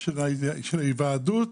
של ההיוועדות